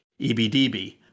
EBDB